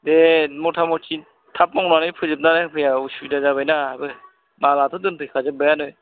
दे मथामति थाब मावनानै फोजोबनानै होफैआबा उसुबिदा जाबायना आंहाबो मालाथ' दोनफैखाजोब्बायानो